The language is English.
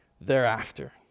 thereafter